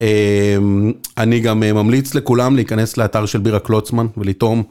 אני גם ממליץ לכולם להיכנס לאתר של בירה קלוצמן ולטעום.